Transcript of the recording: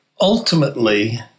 Ultimately